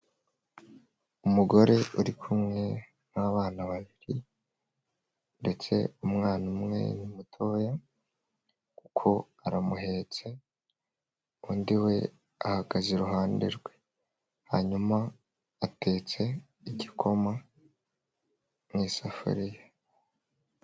Umugore uri kumwe n'abana babiri, ndetse umwana umwe ni mutoya kuko aramuhetse, undi we ahagaze iruhande rwe. Hanyuma atetse igikoma mu isafuriya.